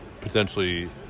potentially